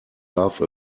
love